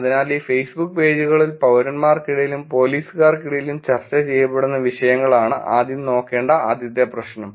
അതിനാൽ ഈ ഫേസ്ബുക്ക് പേജുകളിൽ പൌരന്മാർക്കിടയിലും പോലീസുകാർക്കിടയിലും ചർച്ച ചെയ്യപ്പെടുന്ന വിഷയങ്ങളാണ് ആദ്യം നോക്കേണ്ട ആദ്യത്തെ പ്രശ്നം